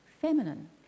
feminine